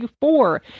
four